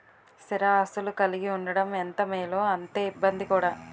స్థిర ఆస్తులు కలిగి ఉండడం ఎంత మేలో అంతే ఇబ్బంది కూడా